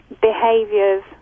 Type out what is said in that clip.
behaviors